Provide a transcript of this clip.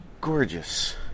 gorgeous